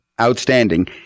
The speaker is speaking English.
Outstanding